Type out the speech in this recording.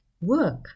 Work